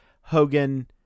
hogan